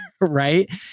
right